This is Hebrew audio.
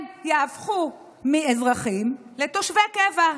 הם יהפכו מאזרחים לתושבי קבע.